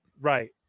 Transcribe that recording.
Right